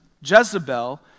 Jezebel